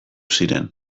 ziren